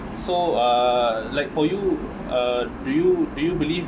so uh like for you uh do you do you believe